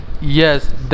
yes